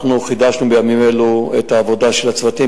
חידשנו בימים אלה את העבודה של הצוותים,